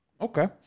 Okay